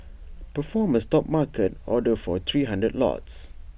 perform A stop market order for three hundred lots